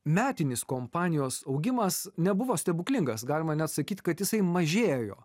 metinis kompanijos augimas nebuvo stebuklingas galima net sakyt kad jisai mažėjo